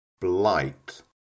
blight